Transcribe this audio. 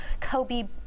Kobe